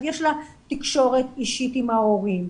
יש לה תקשורת אישית עם ההורים,